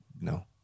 No